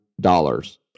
dollars